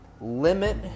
limit